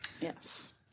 Yes